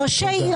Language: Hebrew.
ראשי עיר,